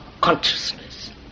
consciousness